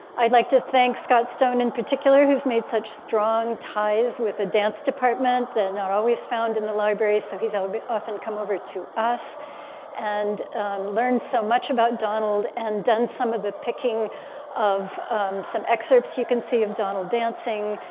i'd like to thank scott stone in particular who's made such strong ties with the dance department that not always found in the library so he's i would be often come over to us and learned so much about donald and done some of the picking of some excerpts you can see of donald dancing.